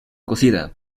cocida